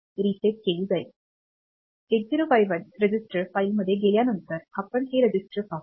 8051 register फाईलमध्ये गेल्यानंतर आपण हे रजिस्टर पाहू